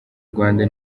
rwanda